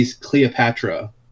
cleopatra